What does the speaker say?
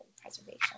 preservation